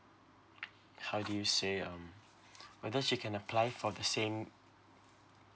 how do you say um whether she can apply for the same